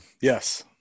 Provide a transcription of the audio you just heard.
yes